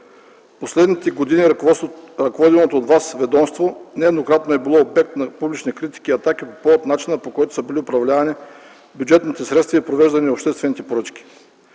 Последните години ръководеното от Вас ведомство нееднократно е било обект на публични критики и атаки по повод начина, по който са били управлявани бюджетните средства и провеждани обществените поръчки.